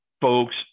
folks